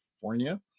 California